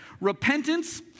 Repentance